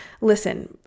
listen